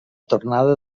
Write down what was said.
tornada